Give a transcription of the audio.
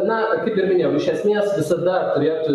na kaip ir minėjau iš esmės visada turėtų